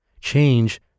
change